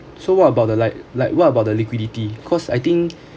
so what about the like like what about the liquidity because I think